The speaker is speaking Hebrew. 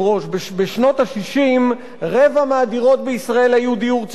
בשנות ה-60 רבע מהדירות בישראל היו דיור ציבורי.